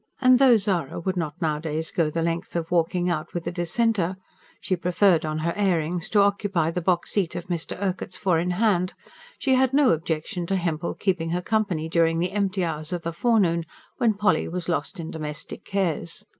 and though zara would not nowadays go the length of walking out with a dissenter she preferred on her airings to occupy the box-seat of mr. urquhart's four-in-hand she had no objection to hempel keeping her company during the empty hours of the forenoon when polly was lost in domestic cares.